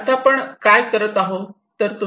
आता आपण काय करत आहोत